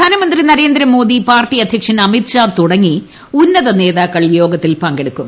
പ്രധാനമന്ത്രി നരേന്ദ്രമോദി പാർട്ടി അധ്യക്ഷൻ അമിത് ഷാ തുടങ്ങി ഉന്നത നേതാക്കൾ യോഗത്തിൽ പങ്കെടുക്കും